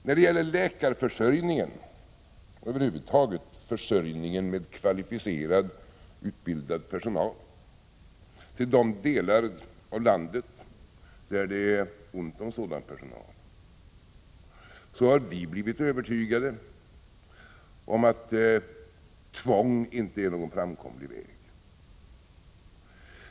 När det gäller läkarförsörjningen och över huvud taget försörjningen med kvalificerad, utbildad personal till de delar av landet där det är ont om sådan personal, har vi blivit övertygade om att tvång inte är någon framkomlig väg.